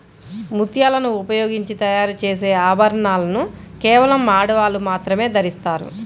ముత్యాలను ఉపయోగించి తయారు చేసే ఆభరణాలను కేవలం ఆడవాళ్ళు మాత్రమే ధరిస్తారు